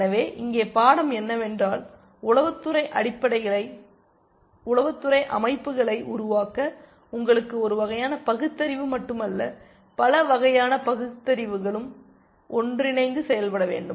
எனவே இங்கே பாடம் என்னவென்றால் உளவுத்துறை அமைப்புகளை உருவாக்க உங்களுக்கு ஒரு வகையான பகுத்தறிவு மட்டுமல்ல பல வகையான பகுத்தறிவுகளும் ஒன்றிணைந்து செயல்பட வேண்டும்